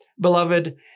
Beloved